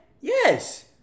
Yes